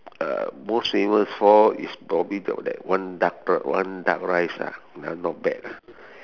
uh most famous for is probably the that one duck the one duck rice ah that one not bad lah